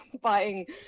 buying